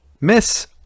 Miss